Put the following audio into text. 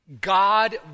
God